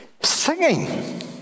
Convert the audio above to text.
Singing